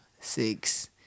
six